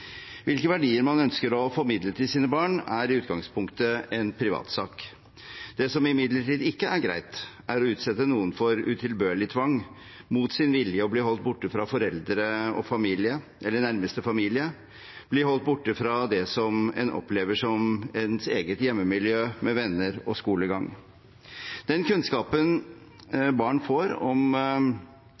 Hvilke verdier man ønsker å formidle til sine barn, er i utgangspunktet en privatsak. Det som imidlertid ikke er greit, er å utsette noen for utilbørlig tvang, mot sin vilje å bli holdt borte fra foreldre eller nærmeste familie, bli holdt borte fra det en opplever som ens eget hjemmemiljø, med venner og skolegang. Den kunnskapen barn får om